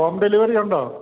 home delivery ഉണ്ടോ